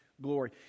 glory